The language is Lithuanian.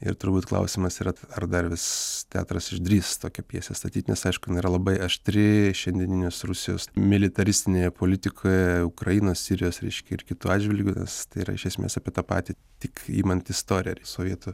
ir turbūt klausimas yra ar dar vis teatras išdrįs tokią pjesę statyt nes aišku jinai yra labai aštri šiandieninės rusijos militaristinėje politikoje ukrainos sirijos reiškia ir kitų atžvilgiu nes tai yra iš esmės apie tą patį tik imant istoriją ir sovietų